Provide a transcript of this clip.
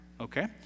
okay